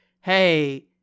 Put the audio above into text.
hey